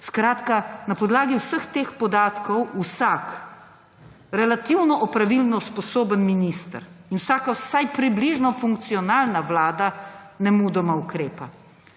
Skratka, na podlagi vseh teh podatkov vsak relativno opravilno sposoben minister in vsaka vsaj približno funkcionalna vlada nemudoma ukrepa.